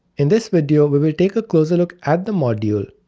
in this video, we will take a closer look at the module,